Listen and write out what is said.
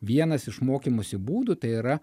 vienas iš mokymosi būdų tai yra